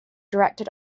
directed